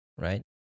right